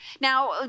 Now